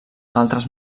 altres